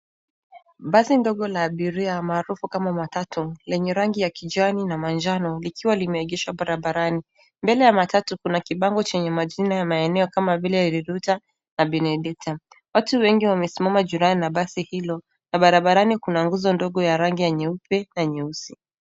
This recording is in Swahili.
Basi ndogo la abiria maarufu kama matatu lenye rangi ya kijani na manjano likiwa limeegeshwa barabarani. Mbele ya matatu kuna kibango chenye majina ya maeneo kama vile riruta na benedikta. Watu wengi wamesimama jirani basi hilo na barabarani kuna nguzo ndogo ya rangi ya nyeupe na nyeusi.